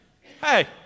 Hey